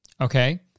okay